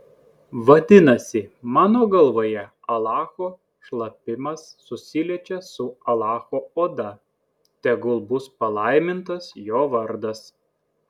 vadinasi mano galvoje alacho šlapimas susiliečia su alacho oda tegul bus palaimintas jo vardas